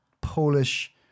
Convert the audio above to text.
Polish